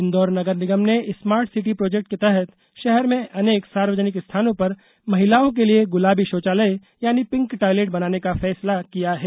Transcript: इंदौर नगर निगम ने स्मार्ट सिटी प्रोजेक्ट के तहत षहर में अनेक सार्वजनिक स्थानों पर महिलाओं के लिए गुलाबी षौचालय यानि पिंक टॉयलेट बनाने का फैसला किया है